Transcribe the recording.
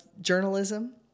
journalism